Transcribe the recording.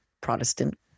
Protestant